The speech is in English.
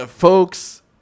Folks